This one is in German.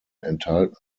enthalten